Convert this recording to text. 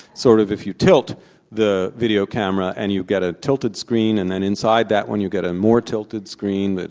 sort of if you tilt the video camera, and you get a tilted screen, and and inside that one you get a more tilted screen,